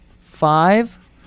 five